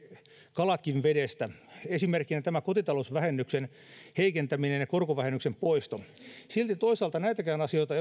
kalatkin vedestä esimerkkinä tämä kotitalousvähennyksen heikentäminen ja korkovähennyksen poisto silti toisaalta näitäkään asioita